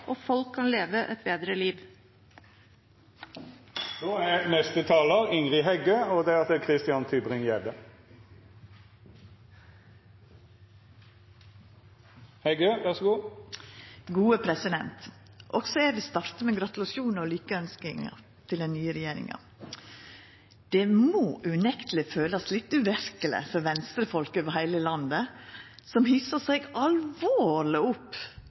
og folk kan leve et bedre liv. Også eg vil starta med gratulasjonar og lykkeønskingar til den nye regjeringa. Det må unekteleg følast litt uverkeleg for Venstre-folk over heile landet som hissa seg alvorleg opp